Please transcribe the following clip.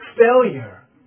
failure